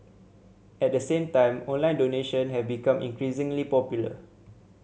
at the same time online donation have become increasingly popular